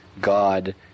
God